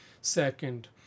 Second